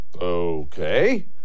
Okay